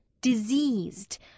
diseased